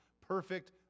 perfect